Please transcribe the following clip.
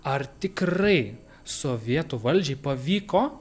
ar tikrai sovietų valdžiai pavyko